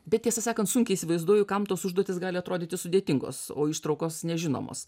bet tiesą sakant sunkiai įsivaizduoju kam tos užduotys gali atrodyti sudėtingos o ištraukos nežinomos